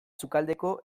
sukaldeko